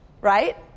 right